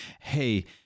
hey